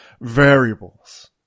variables